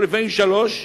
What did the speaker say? לפעמים שלוש,